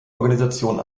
organisation